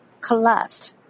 collapsed